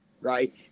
right